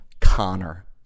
Connor